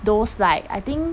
those like I think